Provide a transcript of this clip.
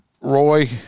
Roy